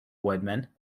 woodman